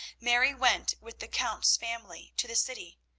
mary went with the count's family to the city,